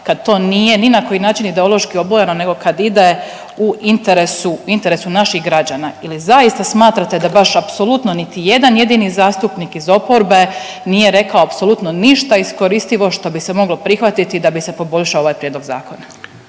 kad to nije ni na koji način ideološki obojano nego kad ide u interesu, interesu naših građana ili zaista smatrate da baš apsolutno niti jedan jedini zastupnik iz oporbe nije rekao apsolutno ništa iskoristivo što bi se moglo prihvatiti da bi se poboljšao ovaj prijedlog zakona?